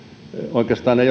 oikeastaan ei